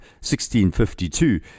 1652